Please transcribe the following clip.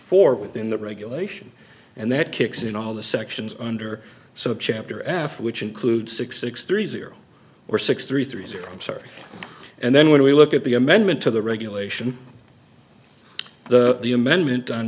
four within the regulation and that kicks in all the sections under so chapter after which include six six three zero four six three three zero i'm sorry and then when we look at the amendment to the regulation the amendment on